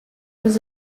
was